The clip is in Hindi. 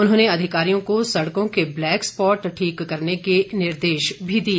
उन्होंने अधिकारियों को सड़कों के ब्लैक स्पॉट्स ठीक करने के निर्देश भी दिए